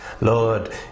Lord